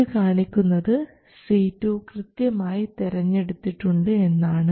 ഇത് കാണിക്കുന്നത് C2 കൃത്യമായി തെരഞ്ഞെടുത്തിട്ടുണ്ട് എന്നാണ്